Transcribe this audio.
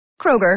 Kroger